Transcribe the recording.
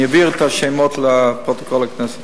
אני אעביר את השמות לפרוטוקול הכנסת.